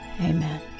Amen